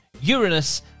Uranus